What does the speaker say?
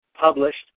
published